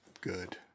Good